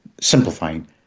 simplifying